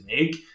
make